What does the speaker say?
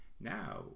Now